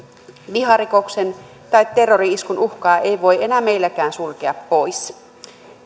viharikoksen tai terrori iskun uhkaa ei voi enää meilläkään sulkea pois